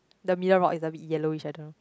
the middle rock is a abit yellowish I don't know